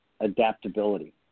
adaptability